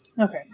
Okay